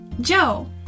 Joe